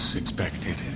expected